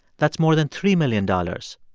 that's more than three million dollars.